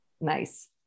nice